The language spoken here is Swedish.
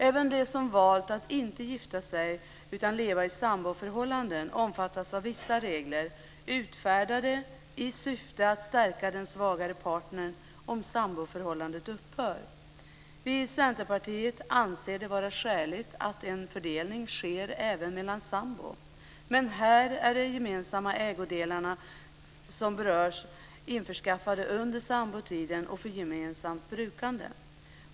Även de som valt att inte gifta sig, utan att leva i samboförhållanden omfattas av vissa regler, utfärdade i syfte att stärka den svagare partnern om samboförhållandet upphör. Vi i Centerpartiet anser det vara skäligt att en fördelning sker även mellan sambor, men då är de gemensamma ägodelar som berörs införskaffade under sambotiden och för gemensamt bruk.